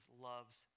loves